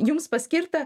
jums paskirta